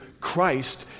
Christ